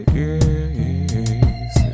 yes